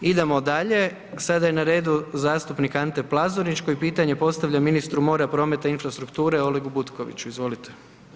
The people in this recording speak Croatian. Idemo dalje, sada je na redu zastupnik Ante Plazonić, koji pitanje postavlja ministru mora, prmeta i infrastrukture, Olegu Butkoviću, izvolite.